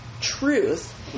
truth